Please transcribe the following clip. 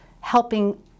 helping